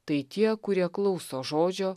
tai tie kurie klauso žodžio